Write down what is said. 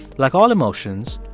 like all emotions,